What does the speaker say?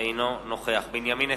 אינו נוכח בנימין נתניהו,